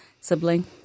sibling